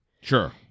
Sure